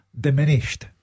Diminished